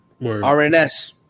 RNS